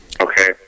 Okay